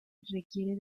requiere